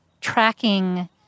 tracking